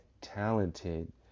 talented